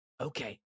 Okay